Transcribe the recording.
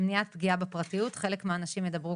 למניעת פגיעה בפרטיות חלק מהנשים ידברו